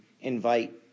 invite